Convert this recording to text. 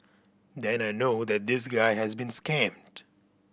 then I know that this guy has been scammed